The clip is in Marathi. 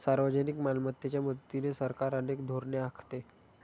सार्वजनिक मालमत्तेच्या मदतीने सरकार अनेक धोरणे आखते